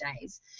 days